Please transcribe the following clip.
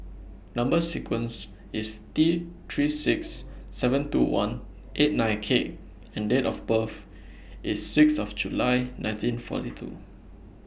Number sequence IS T three six seven two one eight nine K and Date of birth IS six of July nineteen forty two